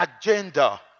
agenda